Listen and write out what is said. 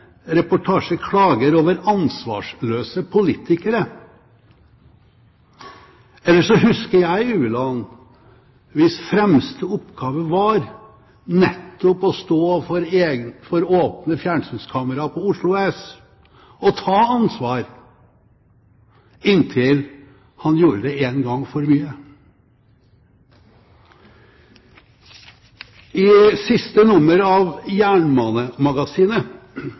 reportasje klager over ansvarsløse politikere. Ellers husker jeg Ueland, hvis fremste oppgave var nettopp å stå for åpne fjernsynskamera på Oslo S og ta ansvar, inntil han gjorde det én gang for mye. I siste nummer av Jernbanemagasinet